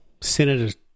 Senator